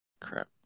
Crap